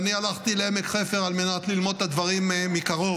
הלכתי לעמק חפר על מנת ללמוד את הדברים מקרוב.